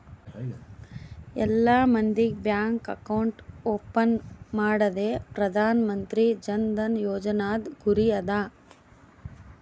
ಎಲ್ಲಾ ಮಂದಿಗ್ bank account open ಮಾಡದೆ ಪ್ರಧಾನ್ ಮಂತ್ರಿ ಜನ್ ಧನ ಯೋಜನಾದು ಗುರಿ ಅದ